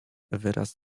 wyraz